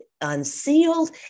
unsealed